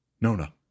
Nona